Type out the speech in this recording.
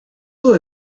eaux